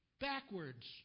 backwards